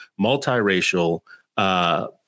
multiracial